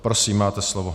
Prosím, máte slovo.